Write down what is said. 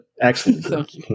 Excellent